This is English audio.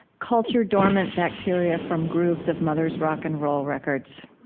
culture dormant bacteria from grooves of mother's rock and roll records.